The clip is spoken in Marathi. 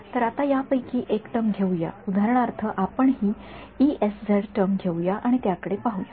तर आता यापैकी एक टर्म घेऊया उदाहरणार्थ आपण हि टर्म घेऊया आणि त्याकडे पाहूया